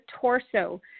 torso